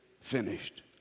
finished